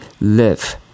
live